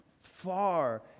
far